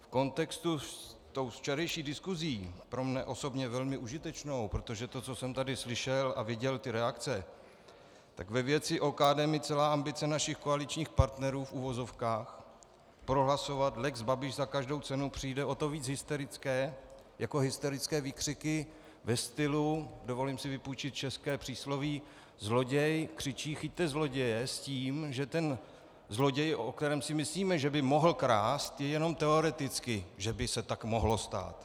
V kontextu s tou včerejší diskusí, pro mě osobně velmi užitečnou, protože to, co jsem tady slyšel a viděl, ty reakce, tak ve věci OKD mi celá ambice našich koaličních partnerů v uvozovkách prohlasovat lex Babiš za každou cenu přijde o to víc hysterická jako hysterické výkřiky ve stylu dovolím si vypůjčit české přísloví zloděj křičí, chyťte zloděje!, s tím, že ten zloděj, o kterém si myslíme, že by mohl krást, je jenom teoreticky, že by se tak mohlo stát.